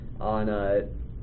on